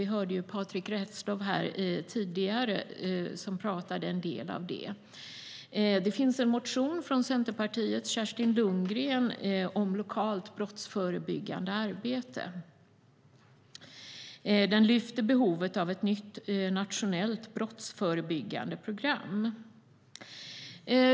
Vi hörde tidigare Patrick Reslow tala om en del av det. Det finns en motion från Centerpartiets Kerstin Lundgren om lokalt brottsförebyggande arbete. Den lyfter fram behovet av ett nytt nationellt brottsförebyggande program.